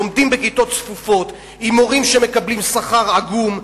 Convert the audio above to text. לומדים בכיתות צפופות עם מורים שמקבלים שכר עגום,